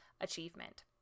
achievement